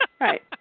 Right